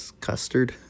Custard